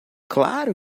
claro